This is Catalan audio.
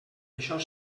això